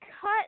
cut